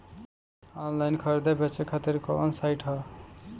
Online खरीदे बेचे खातिर कवन साइड ह?